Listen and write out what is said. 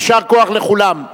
יישר כוח לכולם.